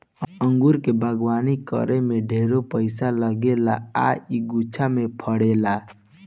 अंगूर के बगानी करे में ढेरे पइसा लागेला आ इ गुच्छा में फरेला